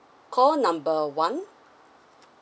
call number one